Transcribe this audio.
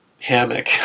hammock